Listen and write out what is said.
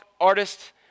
artists